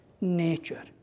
nature